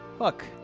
Look